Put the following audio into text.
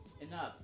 enough